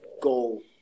goal